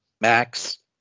Max